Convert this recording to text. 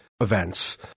events